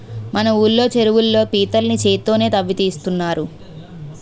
మన ఊళ్ళో చెరువుల్లో పీతల్ని చేత్తోనే తవ్వి తీస్తున్నారు